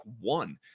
one